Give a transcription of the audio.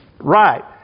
Right